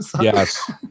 Yes